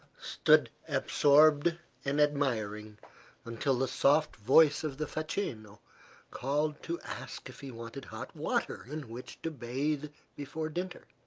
stood absorbed and admiring until the soft voice of the facchino called to ask if he wanted hot water in which to bathe before dinner.